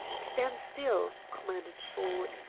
standstill! commanded ford.